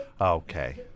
Okay